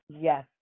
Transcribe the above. Yes